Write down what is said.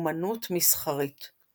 אומנות מסחרית".